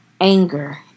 anger